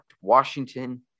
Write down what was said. Washington